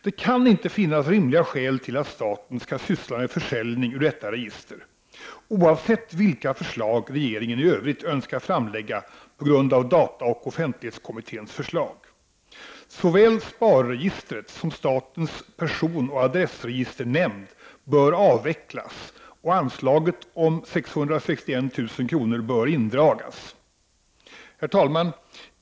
Det kan inte finnas rimliga skäl till att staten skall syssla med försäljning ut detta register oavsett vilka förslag regeringen i övrigt önskar framlägga på grund av dataoch offentlighetskommitténs förslag. Såväl sparregistret som statens personoch adressregisternämnd bör avvecklas, och anslaget om 661 000 kr. bör indragas. Herr talman!